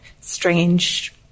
strange